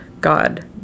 God